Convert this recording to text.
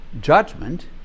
judgment